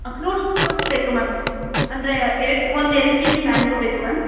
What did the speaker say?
fruits fruits ಬೇಕು ma'am ಅಂದ್ರೆ ಎರಡು ಒಂದು ಎರಡು ಕೆ ಜಿ ಮ್ಯಾಂಗೋ ಬೇಕು ಮ್ಯಾಮ್